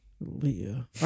Leah